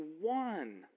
one